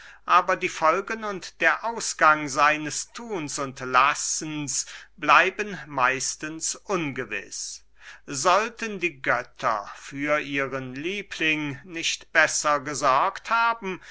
aber die folgen und der ausgang seines thuns und lassens bleiben meistens ungewiß sollten die götter für ihren liebling nicht besser gesorgt haben